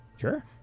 Sure